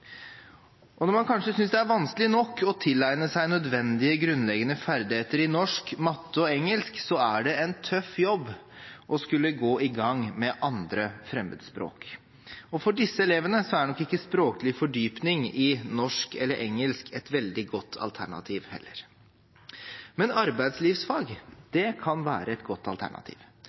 man kanskje synes det er vanskelig nok å tilegne seg nødvendige grunnleggende ferdigheter i norsk, matte og engelsk, er det en tøff jobb å skulle gå i gang med 2. fremmedspråk. For disse elevene er nok ikke språklig fordypning i norsk eller engelsk et veldig godt alternativ heller. Men arbeidslivsfag